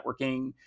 networking